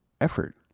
effort